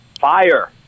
Fire